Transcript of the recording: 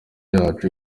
yacu